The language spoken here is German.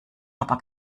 aber